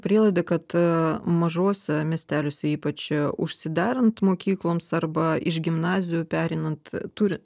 prielaidą kad mažuose miesteliuose ypač užsidarant mokykloms arba iš gimnazijų pereinant turi